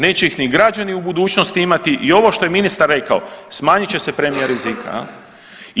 Neće ih ni građani u budućnosti imati i ovo što je ministar rekao smanjit će se premija rizika jel.